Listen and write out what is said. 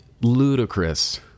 ludicrous